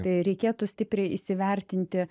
tai reikėtų stipriai įsivertinti